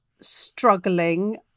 struggling